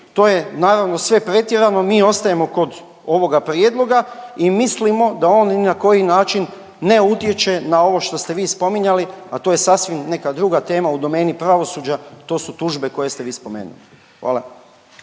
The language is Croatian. to je naravno sve pretjerano, mi ostajemo kod ovoga prijedloga i mislimo da on ni na koji način ne utječe na ovo šta ste vi spominjali, a to je sasvim neka druga tema u domeni pravosuđa, to su tužbe koje ste vi spomenuli, hvala.